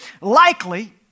likely